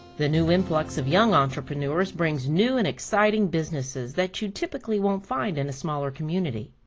the new influence of young entrepreneurs brings new and exciting businesses that you typically won't find in a smaller community.